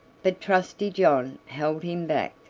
but trusty john held him back,